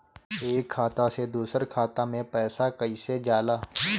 एक खाता से दूसर खाता मे पैसा कईसे जाला?